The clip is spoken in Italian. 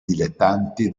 dilettanti